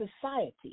society